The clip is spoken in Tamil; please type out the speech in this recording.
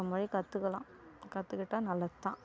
மற்ற மொழி கற்றுக்குலாம் கற்றுக்கிட்டா நல்லதுதான்